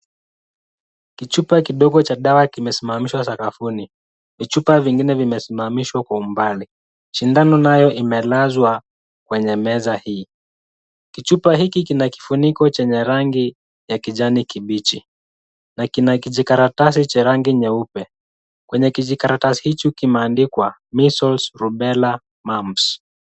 Kichupa kidogo cha dawa kimesimamishwa sakafuni. Vichupa vingine vimesimamishwa kwa umbali. Sindano naye imelazwa kwenye meza hii. Kichupa hiki kina kifuniko chenye rangi ya kijani kibichi na kina kijikaratasi cha rangi nyeupe. Kwenye kijikaratasi hichi kimeandikwa measles, rubela, mumps .